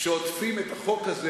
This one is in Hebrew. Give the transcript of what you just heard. שעוטפים את החוק הזה.